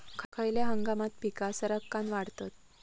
खयल्या हंगामात पीका सरक्कान वाढतत?